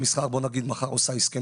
בואו נגיד שמחר לשכת המסחר עושה הסכם